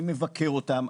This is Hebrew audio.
אני מבקר אותן,